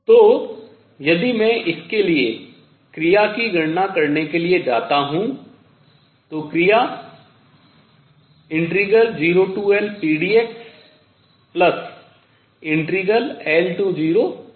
तो यदि मैं इसके लिए क्रिया की गणना करने के लिए जाता हूँ तो क्रिया 0LpdxL0pdx होगी